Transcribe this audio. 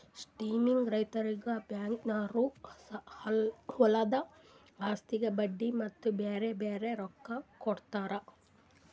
ಸ್ಕೀಮ್ಲಿಂತ್ ರೈತುರಿಗ್ ಬ್ಯಾಂಕ್ದೊರು ಹೊಲದು ಆಸ್ತಿಗ್ ಬಡ್ಡಿ ಮತ್ತ ಬ್ಯಾರೆ ಬ್ಯಾರೆ ರೊಕ್ಕಾ ಕೊಡ್ತಾರ್